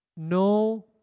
No